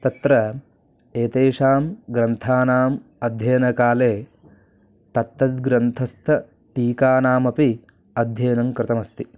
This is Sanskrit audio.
तत्र एतेषां ग्रन्थानाम् अध्ययनकाले तत्तद् ग्रन्थस्य टीकानामपि अध्ययनं कृतमस्ति